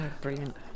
brilliant